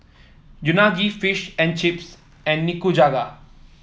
Unagi Fish and Chips and Nikujaga